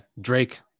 Drake